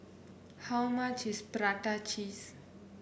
how much is Prata Cheese